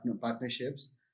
partnerships